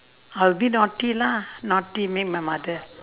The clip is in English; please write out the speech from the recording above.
I'll be naughty lah naughty make my mother